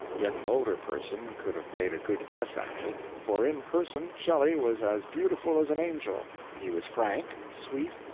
yet an older person could have made a good guess at it, for in person shelley was as beautiful as an angel, he was frank, sweet,